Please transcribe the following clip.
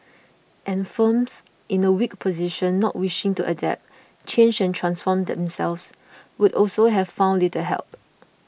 and firms in a weak position not wishing to adapt change and transform themselves would also have found little help